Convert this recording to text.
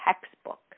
textbook